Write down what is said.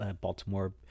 Baltimore